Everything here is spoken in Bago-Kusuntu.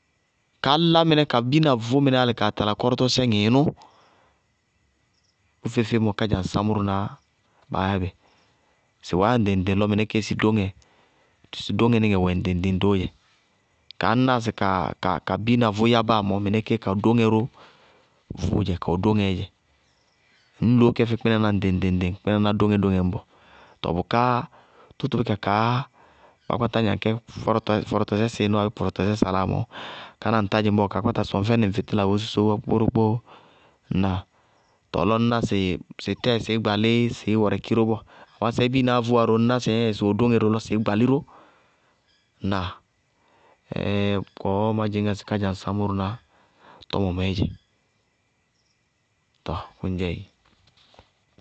Káá lá mɩnɛ ka biina vʋ mɩnɛ álɩ kaa tala kɔrɔtɔsɛ ŋɩɩnʋ. Bʋná feé-feé mɔ, kádzaŋsaámʋnáá baá yá bɩ. Sɩwɛɛ yá ŋɖɩŋ-ŋɖɩŋ lɔ mɩnɛ kéé sɩ dóŋɛníŋɛ wɛ ŋɖɩŋ-ŋɖɩŋ róó dzɛ. Kaá ñnáa sɩ ka biina vʋ yábáa mɔɔ, mɩnɛ kéé ka dóŋɛ ró vʋʋ kawɛ dóŋɛɛ dzɛ, ŋñ loó kɛ fɛ kpínaná ŋɖɩŋ-ŋɖɩŋ, kpínaná dóŋɛ-dóŋɛ ñbɔ. Tɔɔ bʋká tʋtʋbɩka kaá báa kpátá gnaŋ fɛnɩ kɛ fɔrɔtɔsɛ sɩɩnʋ abéé fɔrɔtɔsɛ sɩnásá mɔɔ, káná ñŋ tá dzɩŋ bɔɔ kaá kpáta sɔŋ fɛnɩ ŋ fɩtíla woósósó wá kpókpórókpóó. Ŋnáa? Tɔɔ lɔ ŋñná sɩ bʋtɛɛ sɩí gbalíí sɩí wɛrɛkí ró bɔɔ bʋká sɛɛ biinaá vʋwá ŋñná sɩ ɩɩɩŋŋ sɩwɛ dóŋɛ ró lɔ sɩí gbalí ró. Ŋnáa? kɔɔ má dzɩñŋá sɩ kádzaŋsaámʋná tɔmɔ mɛɛ dzɛ. Tɔɔ bʋŋdzɛ éé.